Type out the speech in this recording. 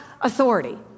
authority